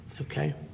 Okay